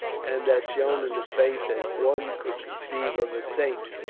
and that shone in his face as one could conceive of a saint,